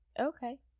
Okay